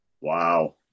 wow